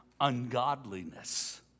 ungodliness